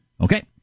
Okay